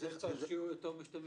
יש דברים נוספים